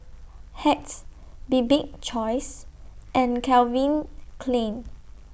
Hacks Bibik's Choice and Calvin Klein